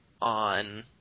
on